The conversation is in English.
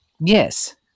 Yes